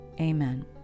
Amen